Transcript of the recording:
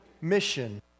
mission